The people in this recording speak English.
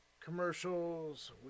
Commercials